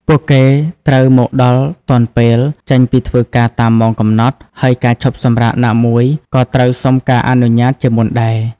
ពួកគេត្រូវមកដល់ទាន់ពេល ចេញពីធ្វើការតាមម៉ោងកំណត់ ហើយការឈប់សម្រាកណាមួយក៏ត្រូវសុំការអនុញ្ញាតជាមុនដែរ។